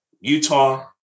Utah